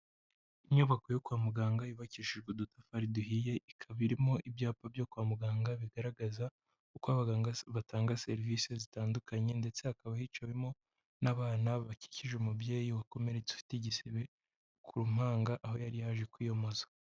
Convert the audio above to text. Inyubako yo kwa muganga yubakishijwe udutafari duhiye, ikaba irimo ibyapa byo kwa muganga bigaragaza uko abaganga batanga serivise zitandukanye ndetse hakaba hicawemo n'abana bakikije umubyeyi wakomeretse ufite igisebe ku mpanga aho yari yaje kwiyomoza.